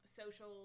social